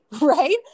right